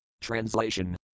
Translation